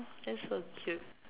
that's so cute